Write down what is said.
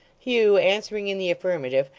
hugh answering in the affirmative,